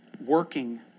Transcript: working